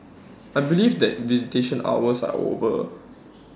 I believe that visitation hours are over